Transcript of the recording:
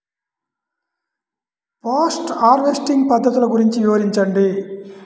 Post harvesting పద్ధతులు గురించి వివరించండి?